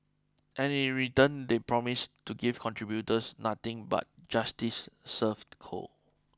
and in return they promise to give contributors nothing but justice served cold